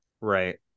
Right